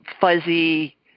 fuzzy